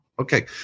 Okay